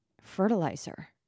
fertilizer